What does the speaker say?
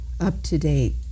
up-to-date